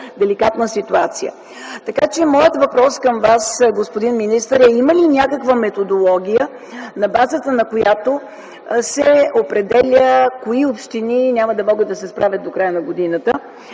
деликатна ситуация. Моят въпрос към Вас, господин министър, е: има ли някаква методология, на базата на която се определя кои общини няма да могат да се справят до края на годината?